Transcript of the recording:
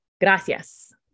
gracias